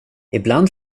ibland